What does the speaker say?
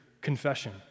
confession